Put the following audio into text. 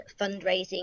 fundraising